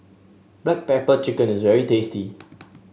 Black Pepper Chicken is very tasty